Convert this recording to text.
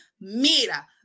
Mira